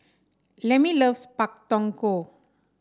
Lemmie loves Pak Thong Ko